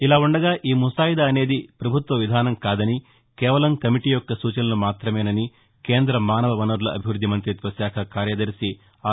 ఇలా ఉండగా ఈ ముసాయిదా అనేది ప్రభుత్వ విధానం కాదని కేవలం కమిటీ యొక్క సూచనలు మాతమేనని కేంద్ర మానవ వనరుల అభివృద్ది మంతిత్వ శాఖ కార్యదర్శి ఆర్